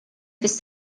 fis